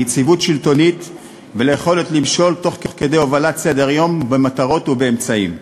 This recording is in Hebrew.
ליציבות שלטונית וליכולת למשול תוך כדי הובלת סדר-יום במטרות ובאמצעים.